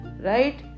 Right